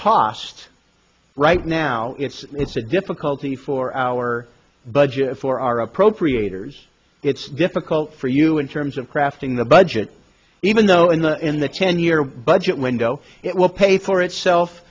cost right now it's it's a difficulty for our budget for our appropriators it's difficult for you in terms of crafting the budget even though in the in the ten year budget window it will pay for itself